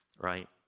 Right